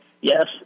yes